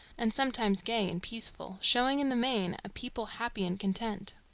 and sometimes gay and peaceful, showing in the main a people happy and content.